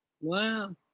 Wow